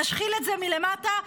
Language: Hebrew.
נשחיל את זה מלמטה,